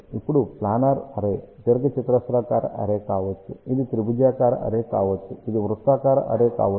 ఇప్పుడు planar array దీర్ఘచతురస్రాకార array కావచ్చు ఇది త్రిభుజాకార అర్రే కావచ్చు ఇది వృత్తాకార అర్రే కావచ్చు